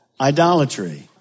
idolatry